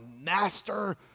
master